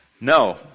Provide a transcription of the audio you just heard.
no